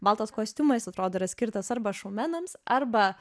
baltas kostiumas atrodo yra skirtas arba šoumenams arba